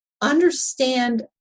understand